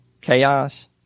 chaos